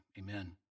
Amen